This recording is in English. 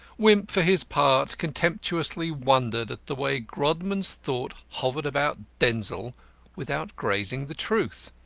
wimp, for his part, contemptuously wondered at the way grodman's thought hovered about denzil without grazing the truth.